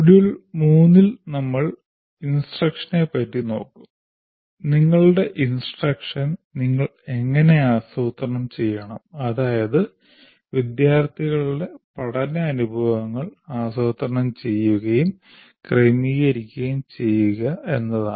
module 3 ൽ നമ്മൾ നിർദ്ദേശങ്ങളെ പറ്റി നോക്കും നിങ്ങളുടെ instruction നിങ്ങൾ എങ്ങനെ ആസൂത്രണം ചെയ്യണം അതായത് വിദ്യാർത്ഥികളുടെ പഠന അനുഭവങ്ങൾ ആസൂത്രണം ചെയ്യുകയും ക്രമീകരിക്കുകയും ചെയ്യുക എന്നത്